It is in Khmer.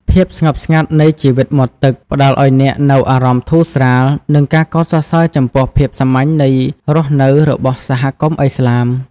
ភាពស្ងប់ស្ងាត់នៃជីវិតមាត់ទឹក ផ្តល់ឱ្យអ្នកនូវអារម្មណ៍ធូរស្រាល និងការកោតសរសើរចំពោះភាពសាមញ្ញនៃរស់នៅរបស់សហគមន៍ឥស្លាម។